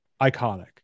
iconic